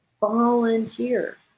volunteer